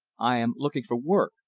i am looking for work,